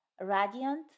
radiant